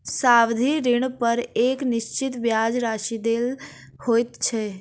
सावधि ऋणपर एक निश्चित ब्याज राशि देय होइत छै